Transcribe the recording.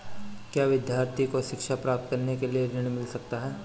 क्या विद्यार्थी को शिक्षा प्राप्त करने के लिए ऋण मिल सकता है?